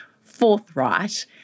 forthright